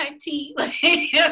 tea